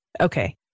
Okay